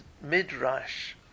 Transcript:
Midrash